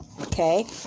okay